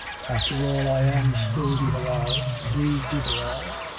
after all i am still de barral, the de barral.